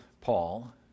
Paul